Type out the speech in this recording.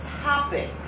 topic